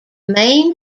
main